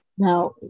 Now